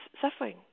suffering